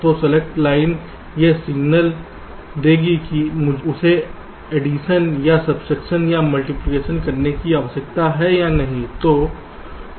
तो select line यह signal देगी कि मुझे इसके एडिशन या सब्सट्रैक्शन या मल्टीप्लिकेशन करने की आवश्यकता है या नहीं